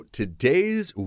today's